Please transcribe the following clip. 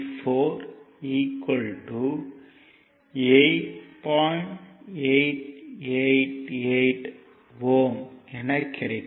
888 Ω என கிடைக்கும்